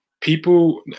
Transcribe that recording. people